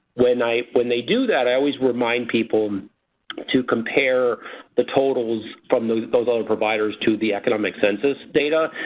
when i when they do that i always remind people to compare the totals from those of those and providers to the economic census data.